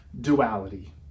duality